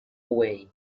away